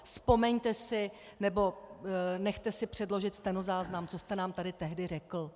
Vzpomeňte si nebo si nechte předložit stenozáznam, co jste nám tady tehdy řekl.